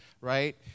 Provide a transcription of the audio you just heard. right